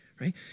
right